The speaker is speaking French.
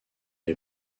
est